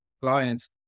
clients